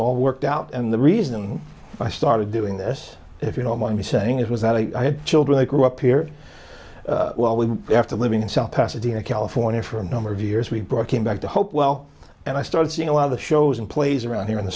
all worked out and the reason i started doing this if you don't mind me saying it was that i had children who grew up here well we have to live in south pasadena california for a number of years we brought him back to hopewell and i started seeing a lot of the shows and plays around here in the